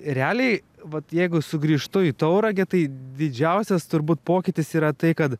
realiai vat jeigu sugrįžtu į tauragę tai didžiausias turbūt pokytis yra tai kad